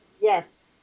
Yes